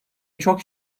çok